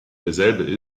derselbe